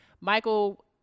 Michael